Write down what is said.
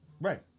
Right